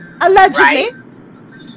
allegedly